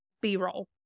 B-roll